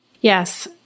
Yes